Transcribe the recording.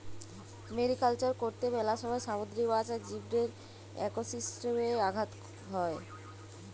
mariculture করত্যে মেলা সময় সামুদ্রিক মাছ আর জীবদের একোসিস্টেমে আঘাত হ্যয়